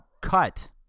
cut